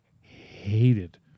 hated